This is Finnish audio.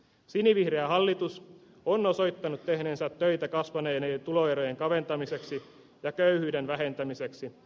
sinivihreä hallitus on osoittanut tehneensä töitä kasvaneiden tuloerojen kaventamiseksi ja köyhyyden vähentämiseksi